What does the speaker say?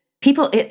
people